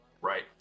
right